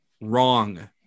wrong